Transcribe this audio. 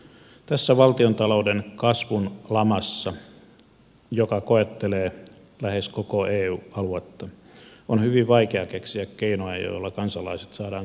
tässä valtiontalouden kasvun lamassa joka koettelee lähes koko eu aluetta on hyvin vaikea keksiä keinoja joilla kansalaiset saadaan työllistettyä